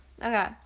Okay